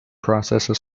process